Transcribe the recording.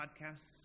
podcasts